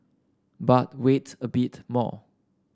but wait a bit more